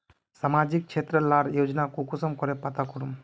सामाजिक क्षेत्र लार योजना कुंसम करे पता करूम?